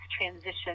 transition